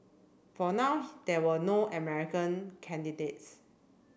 for now there were no American candidates